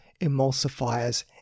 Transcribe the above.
emulsifiers